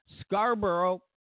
Scarborough